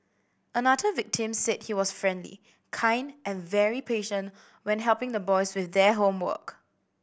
another victim said he was friendly kind and very patient when helping the boys with their homework